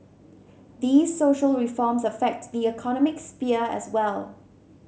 these social reforms affect the economic sphere as well